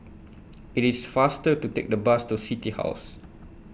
IT IS faster to Take The Bus to City House